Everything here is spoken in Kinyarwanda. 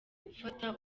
ufata